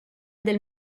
del